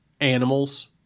animals